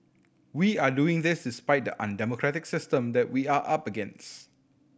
we are doing this despite the undemocratic system that we are up against